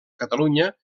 catalunya